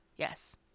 Yes